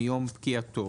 מיום פקיעתו."